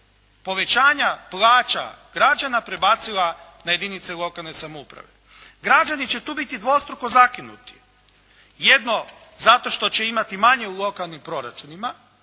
povećanja plaća građana prebacila na jedinice lokalne samouprave. Građani će tu biti dvostruko zakinuti. Jedno zato što će imati manje u lokalnim proračunima